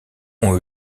ont